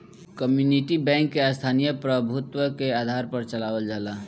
community bank के स्थानीय प्रभुत्व के आधार पर चलावल जाला